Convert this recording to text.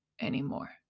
anymore